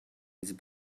his